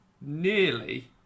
nearly